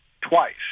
twice